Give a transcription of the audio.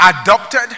adopted